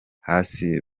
hasi